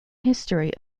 history